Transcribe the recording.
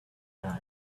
gun